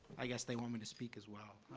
i guess they want me to speak as well.